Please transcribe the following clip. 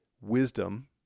wisdom